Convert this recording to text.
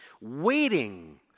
waiting